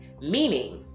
meaning